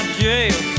jail